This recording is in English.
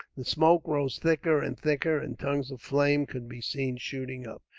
the smoke rose thicker and thicker, and tongues of flame could be seen shooting up.